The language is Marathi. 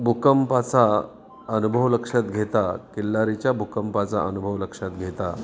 भूकंपाचा अनुभव लक्षात घेता किल्लारीच्या भूकंपाचा अनुभव लक्षात घेता